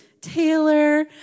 Taylor